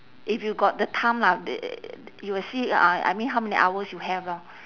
if you got the time lah they you will see uh I mean how many hours you have lor